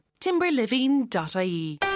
Timberliving.ie